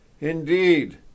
INDEED